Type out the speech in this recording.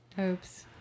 Oops